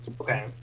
Okay